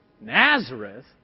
Nazareth